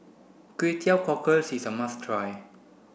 Kway Teow Cockles is a must try